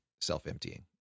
self-emptying